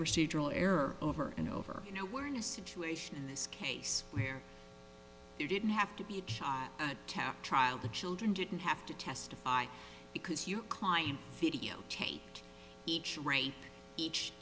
procedural error over and over you know we're in a situation in this case where you didn't have to be a trial the children didn't have to testify because your client videotaped each rape each